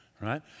right